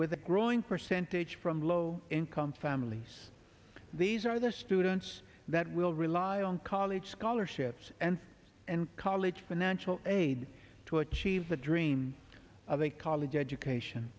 with a growing percentage from low income families these are the students that will rely on college scholarships and and college financial aid to achieve the dream of a college education